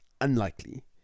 unlikely